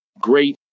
great